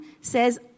says